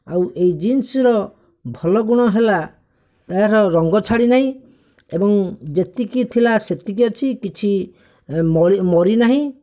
ଆଉ ଏହି ଜିନ୍ସ୍ର ଭଲଗୁଣ ହେଲା ତା'ର ରଙ୍ଗ ଛାଡ଼ିନାହିଁ ଏବଂ ଯେତିକି ଥିଲା ସେତିକି ଅଛି କିଛି ମରିନାହିଁ